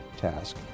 task